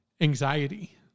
anxiety